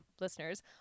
listeners